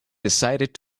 decided